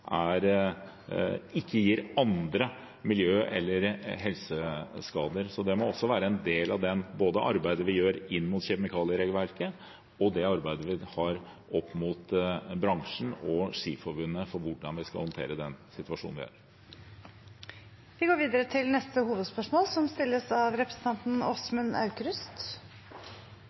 være en del av det arbeidet vi gjør inn mot kjemikalieregelverket, og det arbeidet vi har opp mot bransjen og Skiforbundet for hvordan vi skal håndtere den situasjonen vi er i. Vi går videre til neste hovedspørsmål.